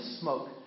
smoke